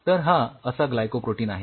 तर हा असा ग्लायकोप्रोटीन आहे